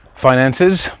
finances